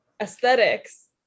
aesthetics